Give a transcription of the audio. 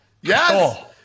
yes